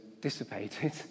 dissipated